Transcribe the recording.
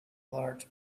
large